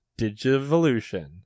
Digivolution